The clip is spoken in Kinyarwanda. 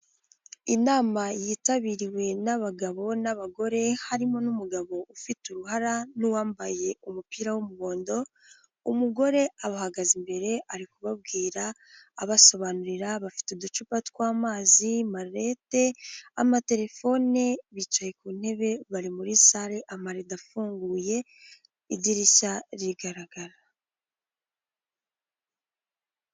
Inama yitabiriwe n'abagabo n'abagore harimo n'umugabo ufite uruhara n'uwambaye umupira w'umuhondo, umugore abahagaze imbere ari kubabwira abasobanurira, bafite uducupa tw'amazi, malete, amatelefone bicaye ku ntebe bari muri sale, amarido afunguye idirishya rigaragara.